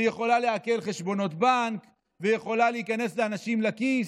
שיכולה לעקל חשבונות בנק ויכולה להיכנס לאנשים לכיס.